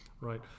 right